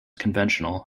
conventional